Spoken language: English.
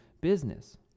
business